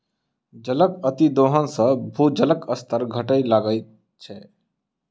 जलक अतिदोहन सॅ भूजलक स्तर घटय लगैत छै